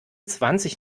zwanzig